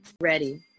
ready